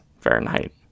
Fahrenheit